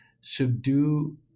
Subdue